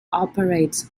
operates